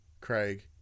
craig